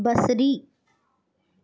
बसरी